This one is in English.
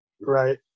Right